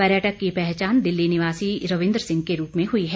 पर्यटक की पहचान दिल्ली निवासी रविन्द्र सिंह के रूप में हुई है